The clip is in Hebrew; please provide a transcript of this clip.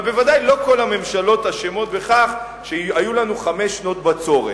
אבל בוודאי לא כל הממשלות אשמות בכך שהיו לנו חמש שנות בצורת.